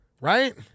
Right